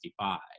1965